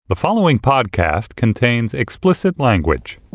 the following podcast contains explicit language